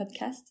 podcast